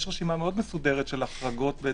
יש רשימה מאוד מסודרת של החרגות.